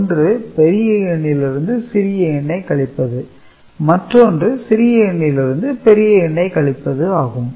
ஒன்று பெரிய எண்ணிலிருந்து சிறிய எண்ணை கழிப்பது மற்றொன்று சிறிய எண்ணிலிருந்து பெரிய எண்ணை கழிப்பது ஆகும்